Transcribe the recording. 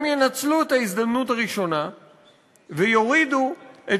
הם ינצלו את ההזדמנות הראשונה ויורידו את